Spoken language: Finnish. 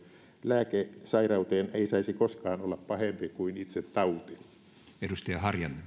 lääke sairauteen ei saisi koskaan olla pahempi kuin itse tauti